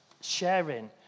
sharing